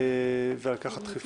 על כך הדחיפות.